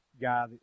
guy